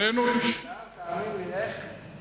כי אין לנו בעניין הזה,